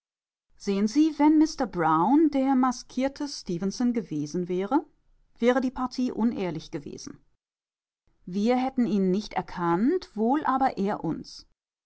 sehen sie wenn mister brown der maskierte stefenson gewesen wäre wäre die partie unehrlich gewesen wir hätten ihn nicht erkannt wohl aber er uns